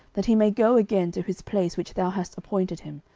that he may go again to his place which thou hast appointed him,